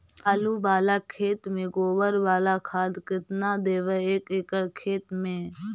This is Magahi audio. आलु बाला खेत मे गोबर बाला खाद केतना देबै एक एकड़ खेत में?